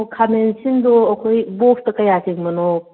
ꯑꯣ ꯈꯥꯃꯦꯟ ꯑꯁꯤꯟꯗꯣ ꯑꯩꯈꯣꯏ ꯕꯣꯛꯁꯇ ꯀꯌꯥ ꯆꯤꯡꯕꯅꯣ